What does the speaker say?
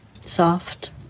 soft